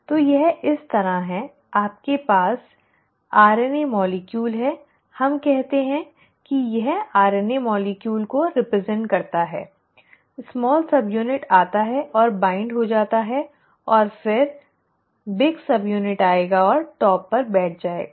तो यह इस तरह है आपके पास आरएनए अणु है हम कहते हैं कि यह आरएनए अणु का प्रतिनिधित्व करता है छोटा सबयूनिट आता है और बाइन्ड हो जाता है और फिर बड़ा सबयूनिट आएगा और शीर्ष पर बैठ जाएगा